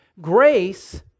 Grace